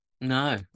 No